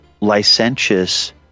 licentious